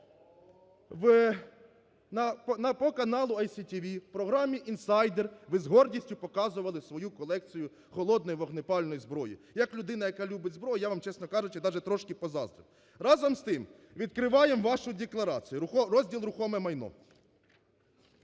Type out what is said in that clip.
По каналу ICTV в програмі "Інсайдер" ви з гордістю показували свою колекцію холодної вогнепальної зброї. Як людина, яка любить зброю, я вам, чесно кажучи, даже трішки позаздрив. Разом з тим, відкриваємо вашу декларацію, розділ "Рухоме майно".